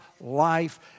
life